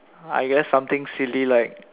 I guess something silly like